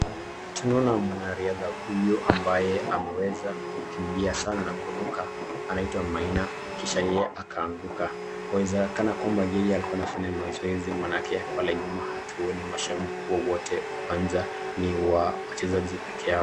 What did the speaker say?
Tunaona mwanariadha huyu ambaye ameweza kukimbia sana kuruka anaitwa maina kisha yeye akaanguka. Waezekana kwamba yeye alikuwa anafanya mazoezi maanake pale nyuma hatuoni mashabiki wowote wanjani ni wachezaji peke yao.